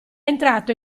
entrato